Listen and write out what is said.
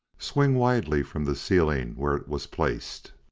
swing widely from the ceiling where it was placed.